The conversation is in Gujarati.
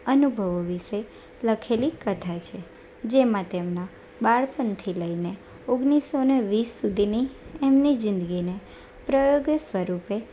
અનુભવો વિશે લખેલી કથા છે જેમાં તેમના બાળપણથી લઈને ઓગણીસો ને વીસ સુધીની એમની જિંદગીને પ્રયોગો સ્વરૂપે